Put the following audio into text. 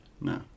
No